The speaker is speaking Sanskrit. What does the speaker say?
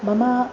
मम